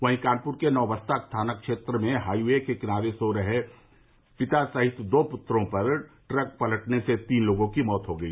वहीं कानपुर के नौबस्ता थाना क्षेत्र में हाईवे के किनारे सो रहे पिता सहित दो पुत्रों पर ट्रक पलटने से तीन लोगों की मौत हो गई